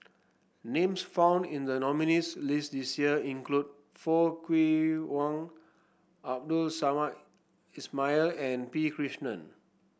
names found in the nominees' list this year include Foo Kwee Horng Abdul Samad Ismail and P Krishnan